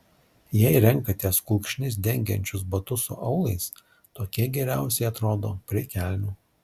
jei renkatės kulkšnis dengiančius batus su aulais tokie geriausiai atrodo prie kelnių